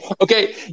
okay